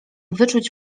wyczuć